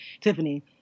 Tiffany